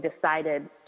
decided